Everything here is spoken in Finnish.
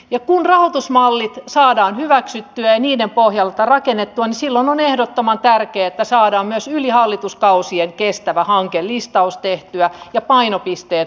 ja kun rahoitusmallit saadaan hyväksyttyä ja niiden pohjalta rakennettua niin silloin on ehdottoman tärkeää että saadaan myös yli hallituskausien kestävä hankelistaus tehtyä ja painopisteet valittua